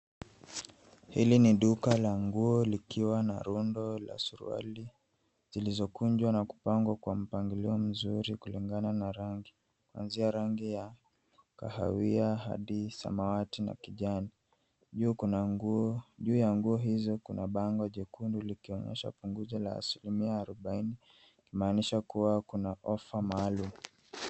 Hili ni duka la nguo likiwa na rundo la suruali zilizokunjwa na kupangwa kwa mpangilio mzuri kulingana na rangi, kuanzia rangi ya kahawia hadi samawati na kijani. Juu kuna nguo, juu ya nguo hizo kuna bango jekundu likionyesha punguzo la asilimia arobaini ikimaanisha kuwa kuna ofa maalum.